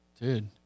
Dude